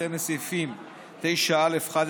בהתאם לסעיפים 9(א)(11)